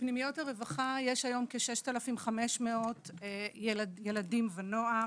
בפנימיות הרווחה יש היום כ-6,500 ילדים ונוער,